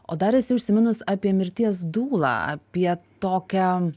o dar esi užsiminus apie mirties dūlą apie tokią